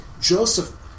Joseph